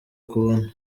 kubona